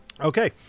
Okay